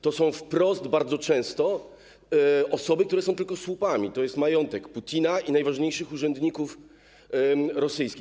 To są wprost bardzo często osoby, które są tylko słupami, to jest majątek Putina i najważniejszych urzędników rosyjskich.